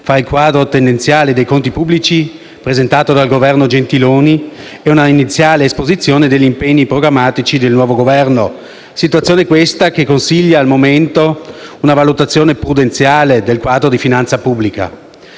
fra il quadro tendenziale dei conti pubblici presentato dal Governo Gentiloni Silveri e una iniziale esposizione degli impegni programmatici del nuovo Governo, situazione questa che consiglia al momento una valutazione prudenziale del quadro di finanza pubblica.